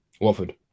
Watford